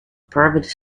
private